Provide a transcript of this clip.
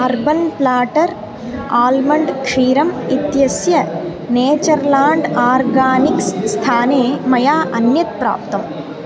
urban platter almond क्षीरम् इत्यस्य Natureland Organics स्थाने मया अन्यत् प्राप्तम्